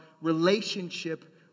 relationship